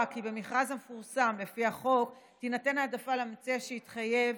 כי במכרז המפורסם לפי החוק תינתן העדפה למציע שיתחייב